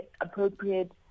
appropriate